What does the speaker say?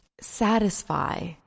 satisfy